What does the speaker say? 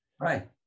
Right